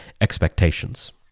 expectations